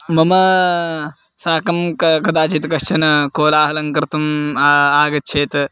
मम साकं का कदाचित् कश्चन कोलाहलं कर्तुम् आगच्छेत्